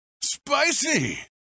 Spicy